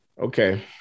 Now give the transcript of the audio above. Okay